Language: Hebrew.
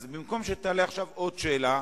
אז במקום שתעלה עכשיו עוד שאלה,